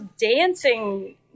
dancing